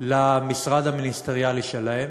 למשרד המיניסטריאלי שלהם,